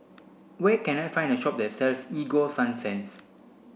where can I find a shop that sells Ego Sunsense